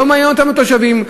ולא מעניינים אותם התושבים,